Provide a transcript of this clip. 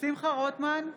שמחה רוטמן,